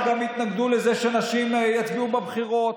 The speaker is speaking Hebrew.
וכנ"ל יש גם בעיה בכוח עזר,